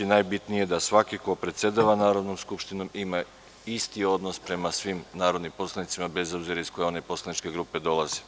Najbitnije je da svaki ko predsedava Narodnom skupštinom ima isti odnos prema svim narodnim poslanicima, bez obzira iz koje poslaničke grupe oni dolaze.